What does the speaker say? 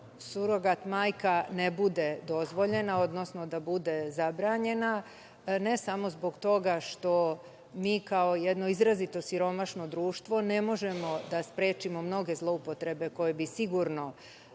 surogat majka ne bude dozvoljena, odnosno da bude zabranjena, ne samo što mi kao jedno izrazito siromašno društvo ne možemo da sprečimo mnoge zloupotrebe koje bi sigurno